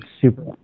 super